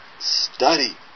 Study